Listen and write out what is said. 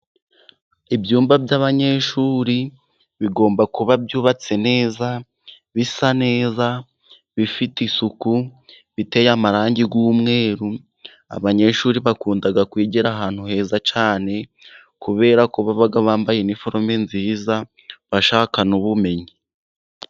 Ibyumba by'abanyeshuri bigomba kuba byubatse neza, bisa neza, bifite isuku, biteye amarangi y'umweru, abanyeshuri bakunda kwigira ahantu heza cyane, kubera ko baba bambaye iniforome nziza, bashaka n'ubumenyi.